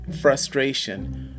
frustration